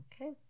Okay